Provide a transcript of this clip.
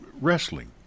wrestling